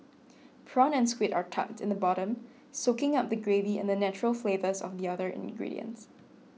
prawn and squid are tucked in the bottom soaking up the gravy and the natural flavours of the other ingredients